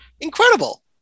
Incredible